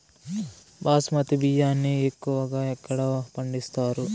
బాస్మతి బియ్యాన్ని ఎక్కువగా ఎక్కడ పండిస్తారు?